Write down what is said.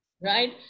Right